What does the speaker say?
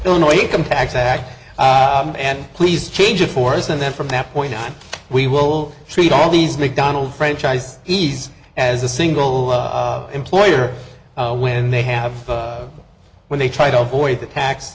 llinois compact sack and please change it for us and then from that point on we will treat all these mcdonald's franchise ease as a single employer when they have when they try to avoid the tax